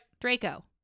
Draco